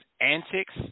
antics